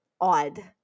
odd